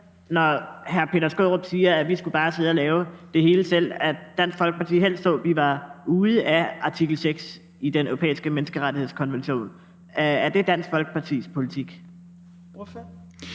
når hr. Peter Skaarup siger, at vi bare skal sidde og lave det hele selv, at Dansk Folkeparti helst så, at vi var ude af artikel 6 i Den Europæiske Menneskerettighedskonvention. Er det Dansk Folkepartis politik?